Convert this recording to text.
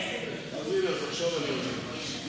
הינה, אז עכשיו אני אודה לך.